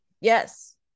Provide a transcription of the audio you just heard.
Yes